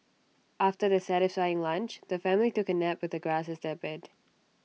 after their satisfying lunch the family took A nap with the grass as their bed